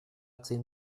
zehn